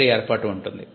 వేరే ఏర్పాటు ఉంటుంది